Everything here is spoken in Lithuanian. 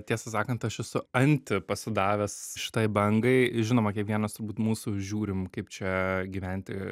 tiesą sakant aš esu anti pasidavęs štai bangai žinoma kiekvienas turbūt mūsų žiūrim kaip čia gyventi